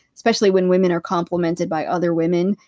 especially when women are complimented by other women,